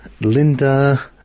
linda